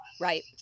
right